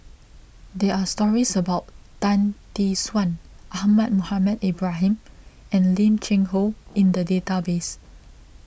there are stories about Tan Tee Suan Ahmad Mohamed Ibrahim and Lim Cheng Hoe in the database